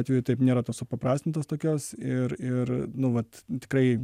atveju taip nėra tos supaprastintos tokios ir ir nu vat tikrai